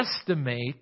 estimate